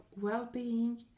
well-being